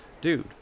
dude